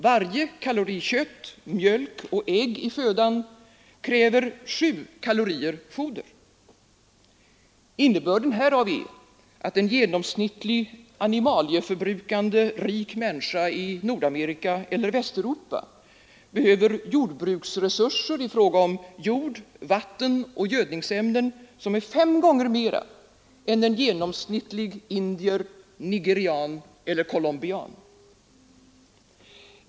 Varje kalori kött, mjölk och ägg i födan kräver sju kalorier foder. Innebörden härav är att en genomsnittlig animalieförbrukande rik människa i Nordamerika eller Västeuropa behöver jordbruksresurser i fråga om jord, vatten och gödningsämnen som är fem gånger mer än en genomsnittlig indier, nigerian eller columbian behöver.